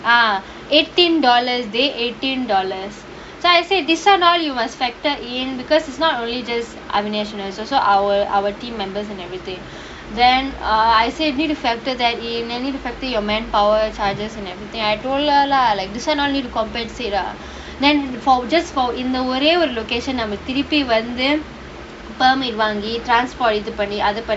ah eighteen dollars dey eighteen dollars so I said this [one] all you must factor in because it's not only just ahvanesh also our our team members and everything then err I said need to factor that in any manpower charges in everything I told her lah like this [one] all need to compensate lah then for just for இந்த ஒரே ஒரு:intha orae oru location அவனுக்கு திருப்பி வந்து:avanukku thiruppi vanthu permit வாங்கி:vaangi charge for இது பண்ணி அது பண்ணி:ithu panni athu panni